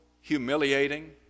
humiliating